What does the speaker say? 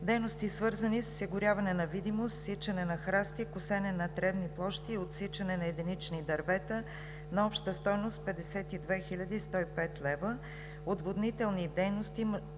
дейности, свързани с осигуряване на видимост – изсичане на храсти и косене на тревни площи и отсичане на единични дървета, на обща стойност 52 105 лв.; - отводнителни дейности